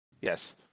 Yes